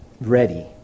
ready